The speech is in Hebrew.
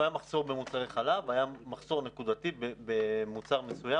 לא היה מחסור במוצרי חלב היה מחסור נקודתי במוצר מסוים